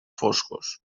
foscos